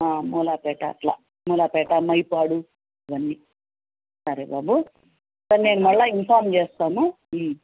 మూలాపేట అట్లా మూలాపేట మైపాడు ఇవన్నీ సరే బాబు సరే నేను మళ్ళీ ఇన్ఫార్మ్ చేస్తాము